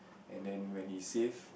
and then when he save